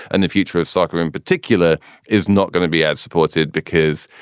and the future of soccer in particular is not going to be ad supported because,